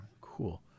Cool